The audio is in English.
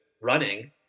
running